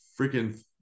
freaking